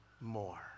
more